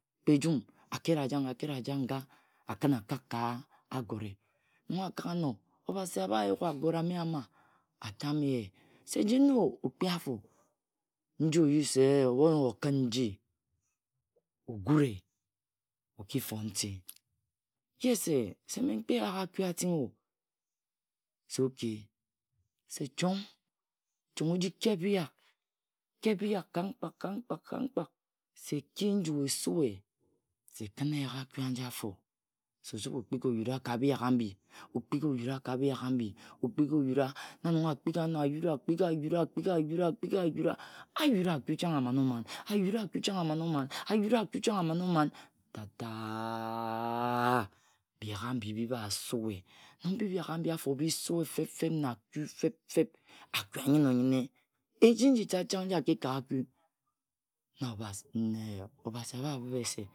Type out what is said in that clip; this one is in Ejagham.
Kpe ejum, akere ajag nga, akin akak ka agore Nong akaga no, Obasi abha yuk agore ame ana, atam ye se jen na okpi afor nji oyi se ebhu onoghe okin nji ogure okifon nti Ye se, se mme nkpi eyak aku atino se okay Sejong, jong oji keb bijak, Keb bijak ка mкрак, ка mkpak, ka mkpak, se ki nyu esue, se kin eyak aka aje afo, se okpiga-oyura ka bijak abi, okpiga oyuga. Na nong akpiga no ayud akpigi ayura. akpiga ayuna. akpigi ayuna. ayuna ayura, aku Chang amana-oman, ajura aku chang amang-oman, tate-a-a biyak abhi bibha sue, Nong biyak abi afo bisue fa fe-feb na aku fe-feb aku anyine onyine. Eji njikat chang nji aki kak aku. Obasi abha bhib ye se se bijak bimana?